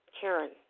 Karen